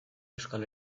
euskal